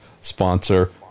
sponsor